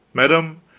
madame,